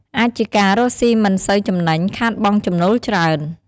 អាចជាការរកសុីមិនសិនចំណេញ ខាតបង់ចំណូលច្រើន។